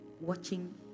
watching